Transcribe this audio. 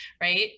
right